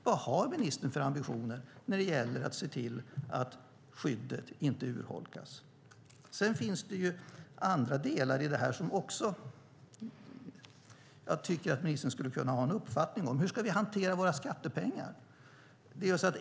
Vad har ministern för ambitioner när det gäller att se till att skyddet inte urholkas? Det finns andra delar som ministern skulle kunna ha en uppfattning om. Hur ska vi hantera våra skattepengar?